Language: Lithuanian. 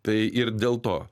tai ir dėl to